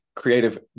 creative